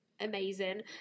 amazing